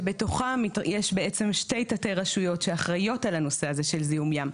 שבתוכה יש בעצם שתי תתי רשויות שאחראיות על הנושא הזה של זיהום ים.